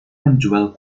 menjual